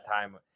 time